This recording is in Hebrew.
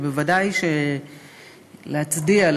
ובוודאי להצדיע,